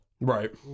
Right